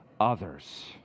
others